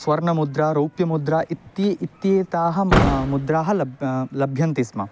स्वर्णमुद्रा रौप्यमुद्रा इति इत्येताः मुद्राः लब् लभ्यन्ते स्म